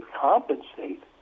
compensate